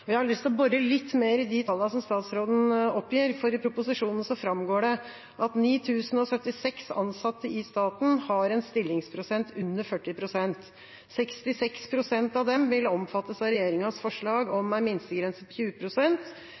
år. Jeg har lyst til å bore litt mer i de tallene som statsråden oppgir, for i proposisjonen framgår det at 9 076 ansatte i staten har en stillingsprosent under 40 pst. 66 pst. av dem vil omfattes av regjeringas forslag om ei minstegrense på